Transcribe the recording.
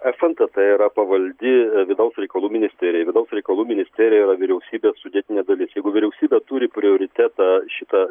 fntt yra pavaldi vidaus reikalų ministerijai vidaus reikalų ministerija yra vyriausybės sudėtinė dalis jeigu vyriausybė turi prioritetą šitą